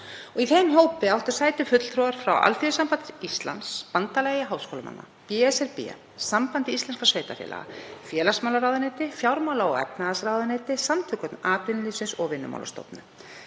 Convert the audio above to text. Í þeim hópi áttu sæti fulltrúar frá Alþýðusambandi Íslands, Bandalagi háskólamanna, BSRB, Sambandi íslenskra sveitarfélaga, félagsmálaráðuneyti, fjármála- og efnahagsráðuneyti, Samtökum atvinnulífsins og Vinnumálastofnun.